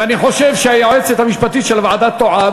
אני חושב שהיועצת המשפטית של הוועדה טועה,